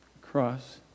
cross